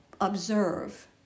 observe